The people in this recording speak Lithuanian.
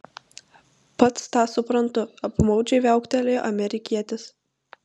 pats tą suprantu apmaudžiai viauktelėjo amerikietis